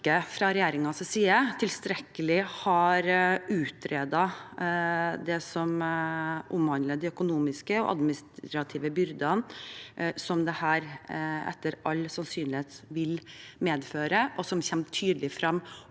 fra regjeringens side ikke tilstrekkelig har utredet det som omhandler de økonomiske og administrative byrdene som dette etter all sannsynlighet vil medføre, og som kommer tydelig fram